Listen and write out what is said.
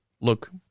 look